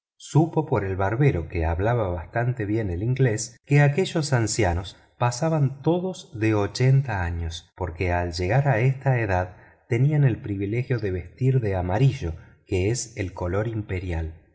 supo por el barbero que hablaba bastante bien el inglés que aquellos ancianos pasaban todos de ochenta años porque al llegar a esta edad tenían el privilegio de vestir de amarillo que es el color imperial